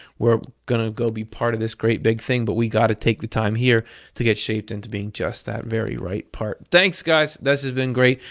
we're going to go be part of this great big thing, but we've got to take the time here to get shaped into being just that very right part. thanks, guys. this had been great.